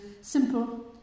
simple